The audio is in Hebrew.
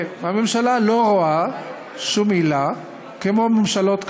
הממשלה לא רואה שום עילה, כמו ממשלות קודמות,